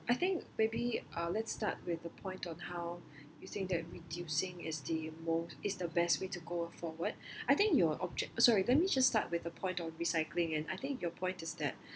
I think maybe uh let's start with the point on how you think that reducing is the mos~ is the best way to go forward I think your object~ sorry let me just start with the point on recycling and I think your point is that